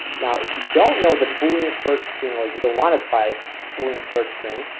now if you don't know the boolean search string or you don't want to try boolean search string,